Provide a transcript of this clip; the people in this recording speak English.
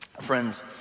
Friends